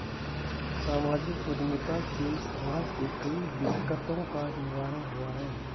सामाजिक उद्यमिता से समाज के कई दिकक्तों का निवारण हुआ है